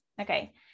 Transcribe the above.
okay